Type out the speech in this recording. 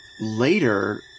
Later